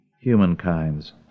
humankind's